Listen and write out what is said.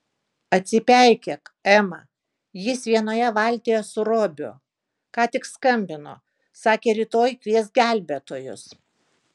atsipeikėk ema jis vienoje valtyje su robiu ką tik skambino sakė rytoj kvies gelbėtojus